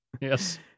Yes